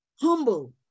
humble